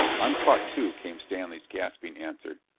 i'm caught, too, came stanley's gasping answer.